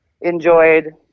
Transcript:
enjoyed